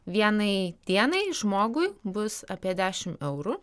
vienai dienai žmogui bus apie dešim eurų